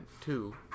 Two